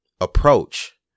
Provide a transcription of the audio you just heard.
approach